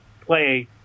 play